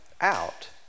out